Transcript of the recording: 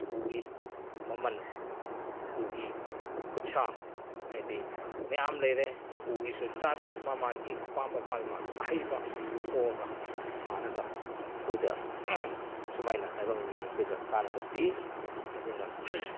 ꯎꯒꯤ ꯃꯃꯟ ꯎꯒꯤ ꯈꯨꯠꯁꯥ ꯍꯥꯏꯗꯤ ꯃꯌꯥꯝ ꯂꯩꯔꯦ ꯎꯒꯤꯁꯨ ꯖꯥꯠ ꯖꯥꯠ ꯃꯥꯒꯤ ꯃꯥꯒꯤ ꯑꯄꯥꯝꯕ ꯃꯥꯒꯤ ꯃꯥꯒꯤ ꯑꯍꯩꯕ ꯄꯨꯊꯣꯛꯂꯒ ꯁꯥꯔꯒ ꯑꯩꯈꯣꯏꯗ ꯁꯨꯃꯥꯏꯅ ꯇꯥꯏꯕꯪ ꯃꯤ ꯑꯩꯈꯣꯏꯗ ꯀꯥꯟꯅꯕ ꯄꯤ ꯑꯗꯨꯅ